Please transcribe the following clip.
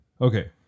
Okay